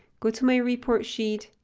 go to my report sheet,